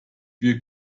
wir